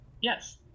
yes